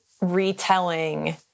retelling